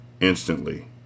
instantly